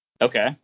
Okay